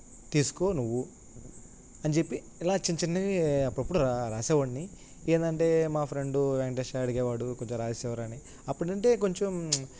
తీసుకో నువ్వు అని చెెప్పి ఇలా చిన్న చిన్నవి అప్పుడప్పుడు రాసేవాడిని ఏంటంటే మా ఫ్రెండు వెంకటేశ్ అడిగేవాడు కొద్దిగా రాసివ్వురా అని అప్పుడంటే కొంచెం